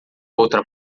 outra